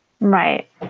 Right